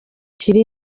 kiri